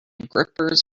grippers